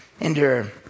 endure